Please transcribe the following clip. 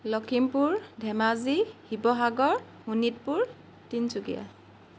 Lakhimpur Dhemaji Sivasagar Sonitpur Tinsukia